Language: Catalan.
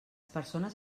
persones